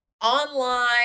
online